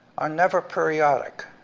are never periodic,